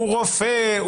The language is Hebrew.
רופא,